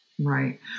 Right